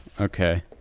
Okay